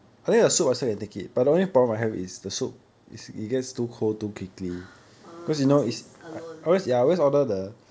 orh because it is alone